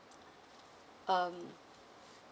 um